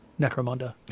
Necromunda